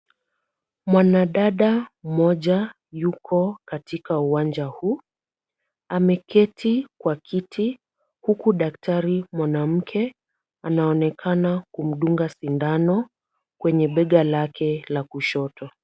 Mwanadada mmoja yuko katika uwanja huu. Ameketi kwa kiti huku daktari mwanamke anaonekana kumdunga sindano kwenye bega lake la kushoto.